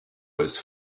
was